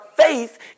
Faith